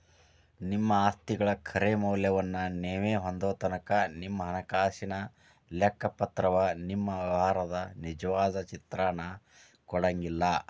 ನಿಮ್ಮ ಆಸ್ತಿಗಳ ಖರೆ ಮೌಲ್ಯವನ್ನ ನೇವು ಹೊಂದೊತನಕಾ ನಿಮ್ಮ ಹಣಕಾಸಿನ ಲೆಕ್ಕಪತ್ರವ ನಿಮ್ಮ ವ್ಯವಹಾರದ ನಿಜವಾದ ಚಿತ್ರಾನ ಕೊಡಂಗಿಲ್ಲಾ